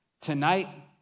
tonight